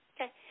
Okay